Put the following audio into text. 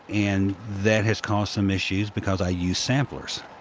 and that has caused some issues because i use samplers.